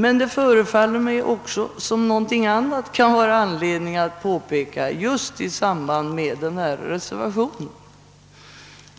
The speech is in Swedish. Men det är